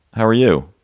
how are you?